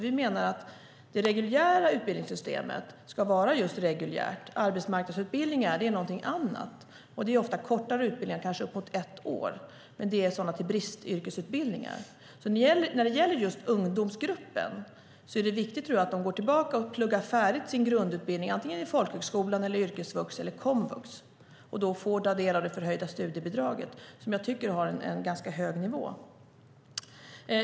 Vi menar att det reguljära utbildningssystemet ska vara just reguljärt. Arbetsmarknadsutbildningar är någonting annat. De är ofta kortare utbildningar, kanske upp mot ett år, till bristyrken. Jag tror att det är viktigt att ungdomsgruppen går tillbaka och pluggar färdigt grundutbildningen antingen på folkhögskola, på yrkesvux eller på komvux. Då får de ta del av det förhöjda studiebidraget som jag tycker har en ganska hög nivå.